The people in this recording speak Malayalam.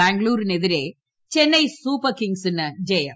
ബാംഗ്ലൂരിനെതിരെ ചെന്നൈ സൂപ്പർ കിങ്ങ്സിന് ജയം